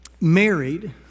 married